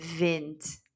wind